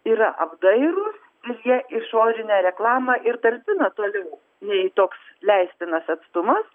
yra apdairūs ir jie išorinę reklamą ir talpina toliau nei toks leistinas atstumas